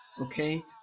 Okay